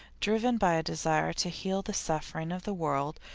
driven by a desire to heal the suffering of the world,